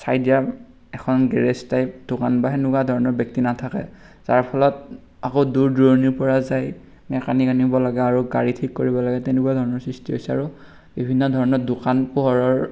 চাই দিয়া এখন গেৰেজ টাইপ দোকান বা সেনেকুৱা ধৰণৰ ব্যক্তি নাথাকে যাৰ ফলত আকৌ দূৰ দুৰণিৰ পৰা যাই মেকানিক আনিব লাগে আৰু গাড়ী ঠিক কৰিব লাগে তেনেকুৱা ধৰণৰ সৃষ্টি হৈছে আৰু বিভিন্ন ধৰণৰ দোকান পোহাৰৰ